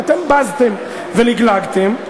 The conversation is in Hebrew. ואתם בזתם ולגלגתם.